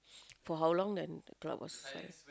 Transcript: for how long then the crowd was silent